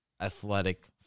athletic